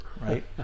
right